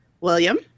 William